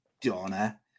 Donna